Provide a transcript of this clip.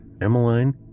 Emmeline